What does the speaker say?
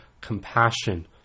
compassion